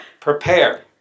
prepare